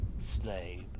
slave